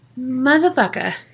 Motherfucker